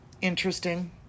interesting